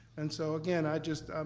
and so again, i just.